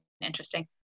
interesting